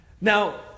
Now